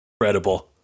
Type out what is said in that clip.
Incredible